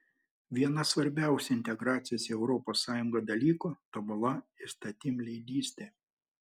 vienas svarbiausių integracijos į europos sąjungą dalykų tobula įstatymleidystė